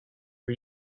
are